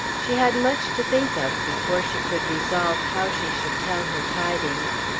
she had much to think of before she could resolve how she should tell her tidings.